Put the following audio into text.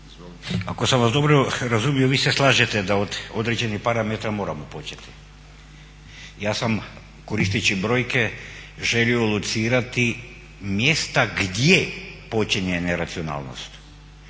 Ako sam vas dobro razumio vi se slažete da od određenih parametara moramo početi. Ja sam koristeći brojke želio locirati mjesta gdje počinje neracionalnost.